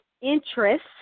interest